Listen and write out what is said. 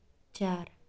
ਚਾਰ